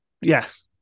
Yes